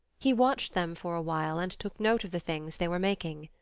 he watched them for a while and took note of the things they were making.